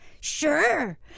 Sure